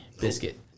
Biscuit